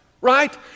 right